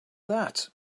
that